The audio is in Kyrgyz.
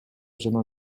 жана